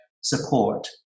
support